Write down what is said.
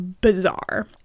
bizarre